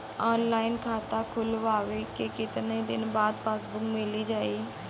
Online खाता खोलवईले के कितना दिन बाद पासबुक मील जाई?